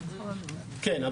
כן,